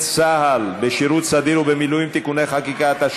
צה"ל בשירות סדיר ובמילואים (תיקוני חקיקה),